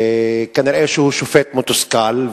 כנראה הוא שופט מתוסכל,